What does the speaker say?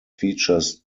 features